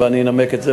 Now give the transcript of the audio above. ואני אנמק את זה